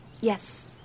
Yes